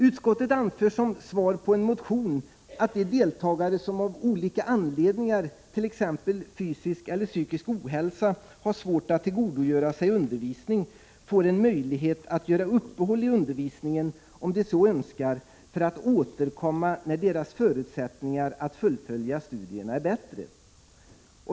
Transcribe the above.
Utskottet anför som svar på en motion att de deltagare som av olika anledningar, t.ex. fysisk eller psykisk ohälsa, har svårt att tillgodogöra sig undervisning, får en möjlighet att göra uppehåll i undervisningen om de så önskar för att återkomma när deras förutsättningar att fullfölja studierna är bättre.